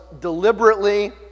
deliberately